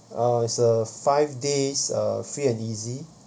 uh is a five days uh free and easy